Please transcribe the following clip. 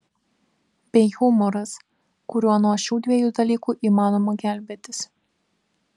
bei humoras kuriuo nuo šių dviejų dalykų įmanoma gelbėtis